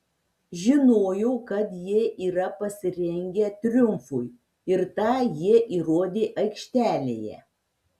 žinojau kad jie yra pasirengę triumfui ir tą jie įrodė aikštelėje